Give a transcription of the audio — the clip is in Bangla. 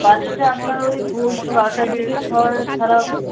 বাসটা আপনার ওই ভোর ছটার দিকে ছাড়া হবে